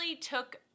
took